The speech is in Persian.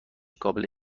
قابل